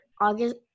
august